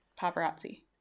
Paparazzi